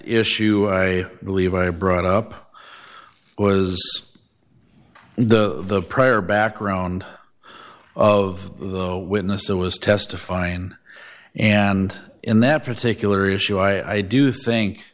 issue i believe i brought up was the prior background of the witness it was testifying and in that particular issue i do think